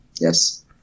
Yes